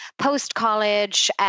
post-college